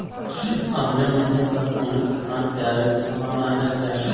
अगले महीना तक कौनो तूफान के आवे के संभावाना है क्या?